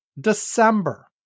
December